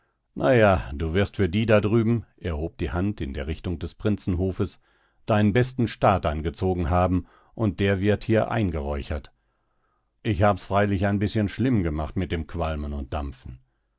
ja du wirst für die da drüben er hob die hand in der richtung des prinzenhofes deinen besten staat angezogen haben und der wird hier eingeräuchert ich hab's freilich ein bißchen schlimm gemacht mit dem qualmen und dampfen